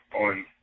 on